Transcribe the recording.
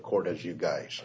court as you guys